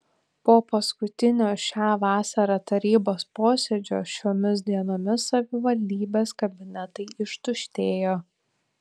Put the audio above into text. po paskutinio šią vasarą tarybos posėdžio šiomis dienomis savivaldybės kabinetai ištuštėjo